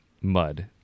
mud